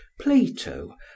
Plato